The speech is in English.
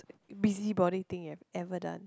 busybody thing you have ever done